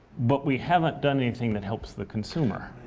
but we haven't done anything that helps the consumer.